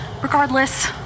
regardless